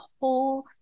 whole